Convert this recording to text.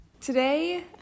Today